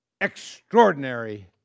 extraordinary